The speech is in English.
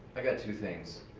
i got two things,